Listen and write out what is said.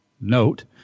note